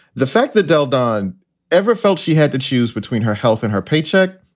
the fact that delle donne ever felt she had to choose between her health and her paycheck.